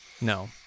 No